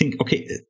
okay